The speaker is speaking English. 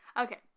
okay